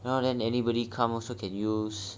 you know then anybody come also can use